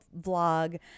vlog